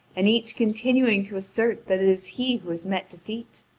and each continuing to assert that it is he who has met defeat.